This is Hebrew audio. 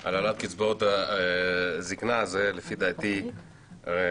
על העלאת קצבאות הזקנה זה לפי דעתי רק